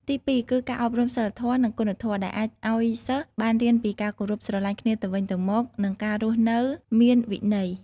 ទី២ គឺការអប់រំសីលធម៌និងគុណធម៌ ដែលអាចឲ្យសិស្សបានរៀនពីការគោរពស្រឡាញ់គ្នាទៅវិញទៅមកនិងការរស់នៅមានវិន័យ។